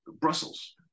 Brussels